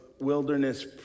wilderness